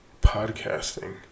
podcasting